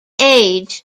age